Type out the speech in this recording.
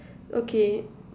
okay